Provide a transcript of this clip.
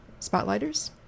spotlighters